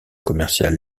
commerciales